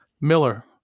miller